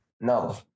No